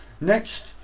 Next